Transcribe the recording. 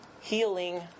healing